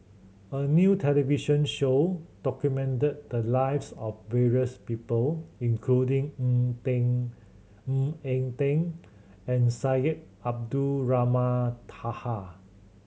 a new television show documented the lives of various people including Ng Teng Ng Eng Teng and Syed Abdulrahman Taha